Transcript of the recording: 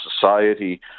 society